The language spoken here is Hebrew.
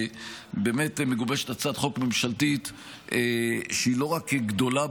מגובשת הצעת חוק ממשלתית שהיא לא רק גדולה